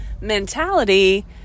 mentality